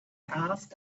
ask